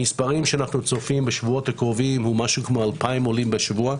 המספרים שאנחנו צופים בשבועות הקרובות זה משהו כמו 2,000 עולים בשבוע,